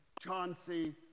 Chauncey